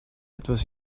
etwas